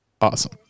Awesome